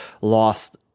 lost